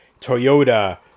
Toyota